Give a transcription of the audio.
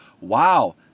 wow